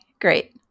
great